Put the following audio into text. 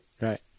right